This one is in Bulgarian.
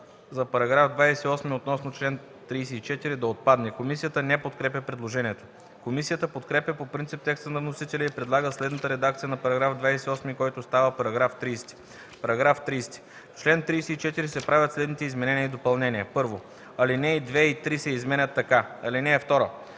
за § 28, относно чл. 34 да отпадне. Комисията не подкрепя предложението. Комисията подкрепя по принцип текста на вносителя и предлага следната редакция на § 28, който става § 30: „§ 30. В чл. 34 се правят следните изменения и допълнения: 1. Алинеи 2 и 3 се изменят така: „(2)